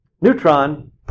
neutron